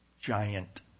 giant